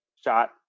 shot